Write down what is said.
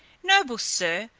noble sir,